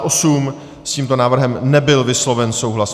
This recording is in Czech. S tímto návrhem nebyl vysloven souhlas.